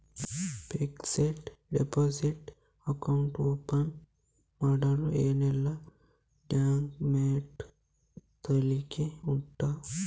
Fixed deposit account open ಮಾಡಲು ಏನೆಲ್ಲಾ documents ತರ್ಲಿಕ್ಕೆ ಉಂಟು?